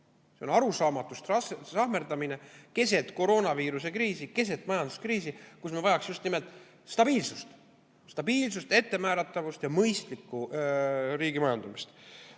See on arusaamatu sahmerdamine keset koroonaviiruse kriisi, keset majanduskriisi, kus me vajame just nimelt stabiilsust. Stabiilsust, ettemääratavust ja mõistlikku riigimajandamist.